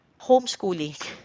homeschooling